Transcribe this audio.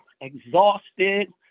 exhausted